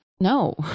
no